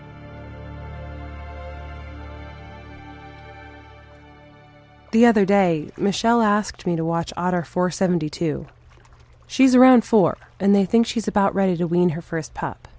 the other day michelle asked me to watch for seventy two she's around four and they think she's about ready to win her first pop